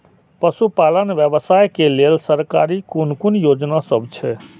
पशु पालन व्यवसाय के लेल सरकारी कुन कुन योजना सब छै?